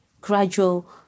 gradual